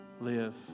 live